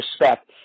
respect